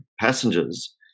passengers